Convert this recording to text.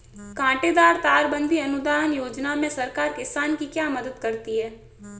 कांटेदार तार बंदी अनुदान योजना में सरकार किसान की क्या मदद करती है?